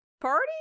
party